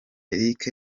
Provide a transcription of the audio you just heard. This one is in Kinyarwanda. eric